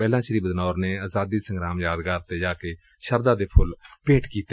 ਪਹਿਲਾਂ ਸ੍ਰੀ ਬਦਨੌਰ ਨੇ ਆਜ਼ਾਦੀ ਸੰਗਰਾਮ ਯਾਦਗਾਰ ਤੇ ਜਾ ਕੇ ਸ਼ਰਧਾ ਦੇ ਫੁੱਲ ਭੇਂਟ ਕੀਤੇ